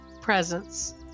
presence